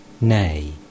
nay